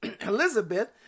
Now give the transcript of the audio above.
Elizabeth